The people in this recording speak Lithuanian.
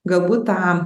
galbūt tą